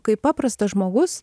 kaip paprastas žmogus